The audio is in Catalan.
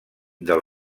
del